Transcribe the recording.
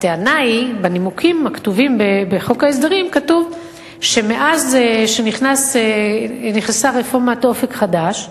בנימוקים הכתובים בחוק ההסדרים כתוב שמאז שנכנסה רפורמת "אופק חדש",